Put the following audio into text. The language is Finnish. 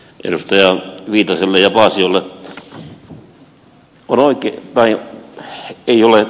edustaja viitaselle ja paasiolle